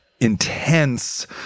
intense